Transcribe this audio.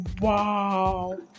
wow